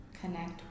connect